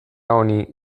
honi